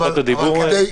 השתמשנו כבר בכלי הזה.